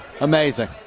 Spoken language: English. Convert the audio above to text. Amazing